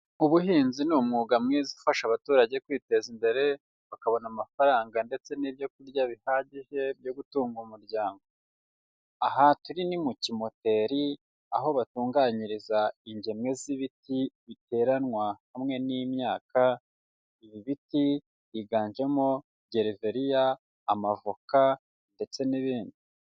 Ubuhinzi ni umwuga mwiza ufasha abaturage kwiteza imbere, bakabona amafaranga ndetse n'ibyo kurya bihagije byo gutunga umuryango, aha turi ni mu kimoteri aho batunganyiriza ingemwe z'ibiti biteranwa hamwe n'imyaka, ibi biti higanjemo, gereveriya, amavoka ndetse n'ibindi.